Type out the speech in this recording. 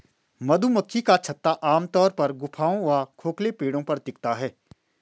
मधुमक्खी का छत्ता आमतौर पर गुफाओं व खोखले पेड़ों पर दिखता है